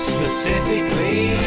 Specifically